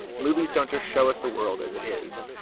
movies don't just show us the world as it is.